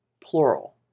plural